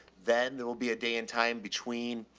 then there'll be a day in time between,